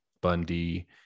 Bundy